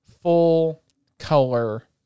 full-color